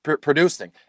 Producing